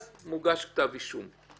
אז מוגש כתב אישום.